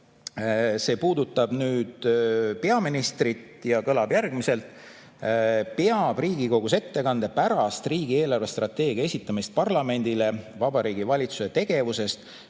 See puudutab peaministrit ja kõlab järgmiselt: "[...] peab Riigikogus ettekande pärast riigi eelarvestrateegia esitamist parlamendile Vabariigi Valitsuse tegevusest,